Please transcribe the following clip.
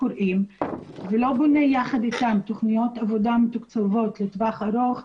קוראים ולא בונה יחד אתן תוכניות עבודה מתוקצבות לטווח ארוך,